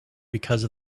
because